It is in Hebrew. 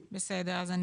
אז לכן התייחסתי.